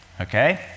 okay